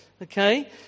Okay